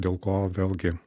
dėl ko vėlgi